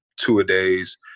two-a-days